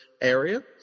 area